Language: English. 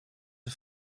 are